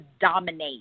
dominate